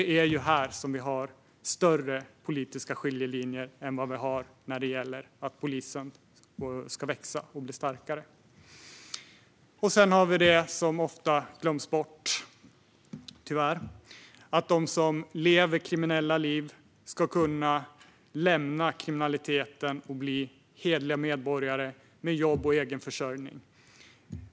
Det är här de stora politiska skiljelinjerna finns, snarare än i fråga om att polisen ska växa och bli starkare. Sedan finns det som ofta glöms bort, tyvärr, nämligen att de som lever kriminella liv ska kunna lämna kriminaliteten och bli hederliga medborgare med jobb och egen försörjning.